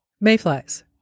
Mayflies